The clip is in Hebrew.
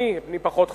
אני, אני פחות חשוב.